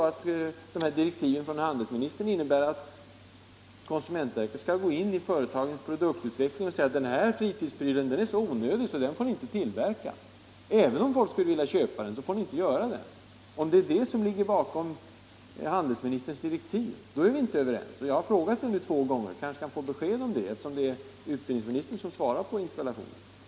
Men om direktiven från handelsministern innebär att konsumentverket skall gå in i företagens produktutveckling och säga: Den här fritidsprylen är så onödig så den får ni inte tillverka och även om folk skulle vilja köpa den får ni inte sälja den — då är vi inte överens. Jag har redan frågat två gånger, jag kanske kan få besked om det, eftersom utbildningsministern svarat på interpellationen.